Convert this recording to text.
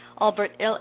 Albert